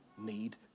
need